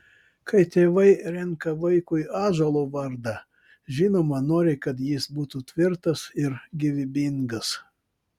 kai tėvai renka vaikui ąžuolo vardą žinoma nori kad jis būtų tvirtas ir gyvybingas